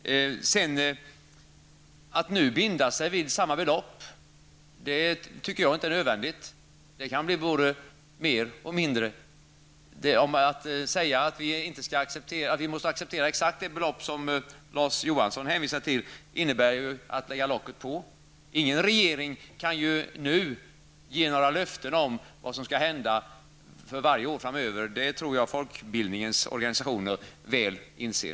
Att nu binda sig vid samma belopp tycker jag inte är nödvändigt. Det kan bli både mer och mindre. Att säga att vi måste acceptera exakt det belopp som Larz Johansson hänvisar till innebär ju att lägga locket på. Ingen regering kan ju ge några löften om vad som skall hända varje år framöver. Det tror jag att folkbildningens organisationer väl inser.